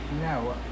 no